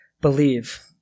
believe